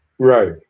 Right